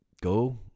go